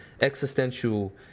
existential